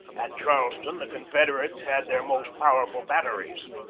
at charleston the confederates had their most power ful batteries.